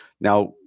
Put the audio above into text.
Now